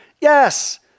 Yes